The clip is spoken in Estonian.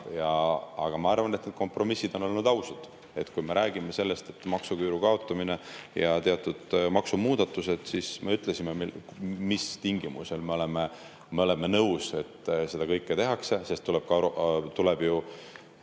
aga ma arvan, et kompromissid on olnud ausad. Kui me räägime maksuküüru kaotamisest ja teatud maksumuudatustest, siis me ütlesime, mis tingimustel me oleme nõus, et seda kõike tehakse. Tuleb